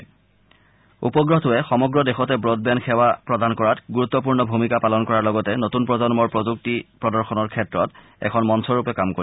এই কৃত্ৰিম উপগ্ৰহটোৱে সমগ্ৰ দেশতে ৱডব্ৰেণ্ড সেৱা প্ৰদান কৰাত গুৰুত্বপূৰ্ণ ভূমিকা পালন কৰাৰ লগতে নতুন প্ৰজন্মৰ প্ৰযুক্তি প্ৰদৰ্শনৰ ক্ষেত্ৰত এখন মঞ্চৰূপে কাম কৰিব